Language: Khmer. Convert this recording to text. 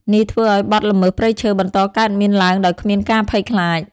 នេះធ្វើឱ្យបទល្មើសព្រៃឈើបន្តកើតមានឡើងដោយគ្មានការភ័យខ្លាច។